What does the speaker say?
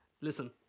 Listen